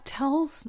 tells